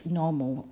normal